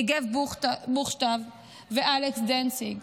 יגב בוכשטב ואלכס דנציג.